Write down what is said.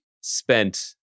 spent